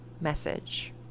message